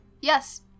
Yes